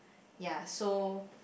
ya so